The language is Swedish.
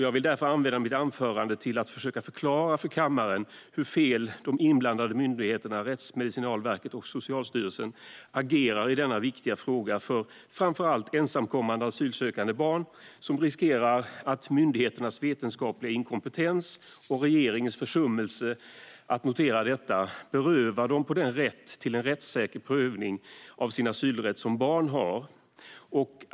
Jag vill därför använda mitt anförande till att försöka förklara för kammaren hur fel de inblandade myndigheterna Rättsmedicinalverket och Socialstyrelsen agerar i denna viktiga fråga för framför allt ensamkommande asylsökande barn. Myndigheternas vetenskapliga inkompetens och regeringens försummelse att notera denna riskerar att beröva dem den rätt till en rättssäker prövning av den asylrätt som barn har.